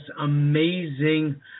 amazing